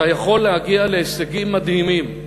אתה יכול להגיע להישגים מדהימים.